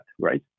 right